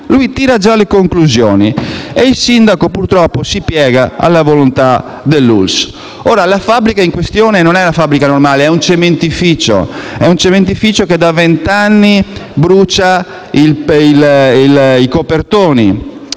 condotti gli studi? E il sindaco, purtroppo, si piega alla volontà della ULSS. Ora, la fabbrica in questione non è una fabbrica normale ma un cementificio, che da vent'anni brucia i copertoni